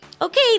Okay